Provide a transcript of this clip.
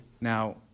Now